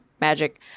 Magic